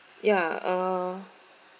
ya uh